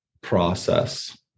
process